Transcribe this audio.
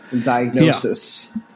diagnosis